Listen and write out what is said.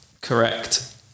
Correct